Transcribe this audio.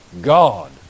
God